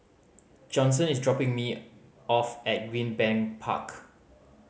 Johnson is dropping me off at Greenbank Park